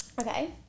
Okay